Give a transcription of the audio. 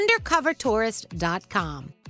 undercovertourist.com